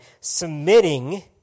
submitting